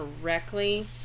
correctly